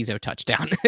touchdown